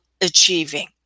achieving